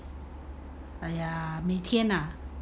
!aiya! 每天 ah